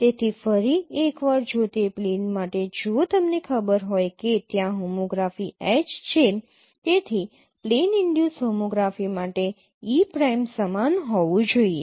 તેથી ફરી એકવાર જો તે પ્લેન માટે જો તમને ખબર હોય કે ત્યાં હોમોગ્રાફી H છે તેથી પ્લેન ઈનડ્યુસ હોમોગ્રાફી માટે e પ્રાઈમ સમાન હોવું જોઈએ